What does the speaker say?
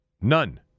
None